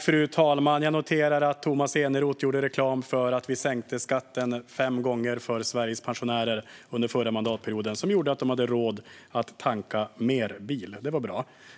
Fru talman! Jag noterade att Tomas Eneroth gjorde reklam för att vi sänkte skatten fem gånger för Sveriges pensionärer under den förra mandatperioden, vilket gjorde att de hade råd att tanka bilen mer. Det var bra.